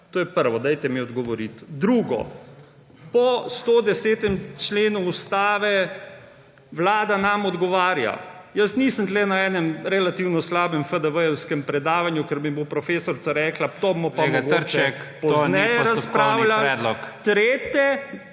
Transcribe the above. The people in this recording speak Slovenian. To je prvo. Dajte mi odgovoriti. Drugo. Po 110. členu Ustave Vlada nam odgovarja. Jaz nisem tukaj na enem relativno slabem FDV-jevskem predavanju, kjer mi bo profesorica rekla, o tem bomo pa mogoče pozneje razpravljali …